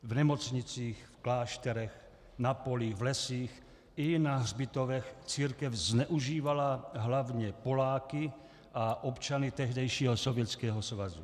V nemocnicích, v klášterech, na polích, v lesích i na hřbitovech církev zneužívala hlavně Poláky a občany tehdejšího Sovětského svazu.